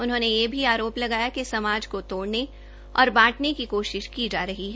उन्होंने यह भी आरोप लगाया कि समाज के तोड़ने और बांटने की कोशिश की जा रही है